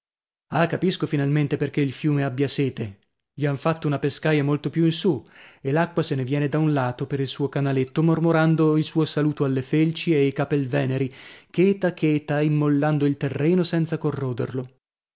ah capisco finalmente perchè il fiume abbia sete gli han fatto una pescaia molto più in su e l'acqua se ne viene da un lato per il suo canaletto mormorando il suo saluto alle felci e ai capelveneri cheta cheta immollando il terreno senza corroderlo